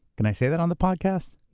can i say that on the podcast?